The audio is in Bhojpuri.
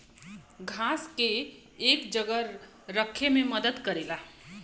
घास के एक जगह रखे मे मदद करेला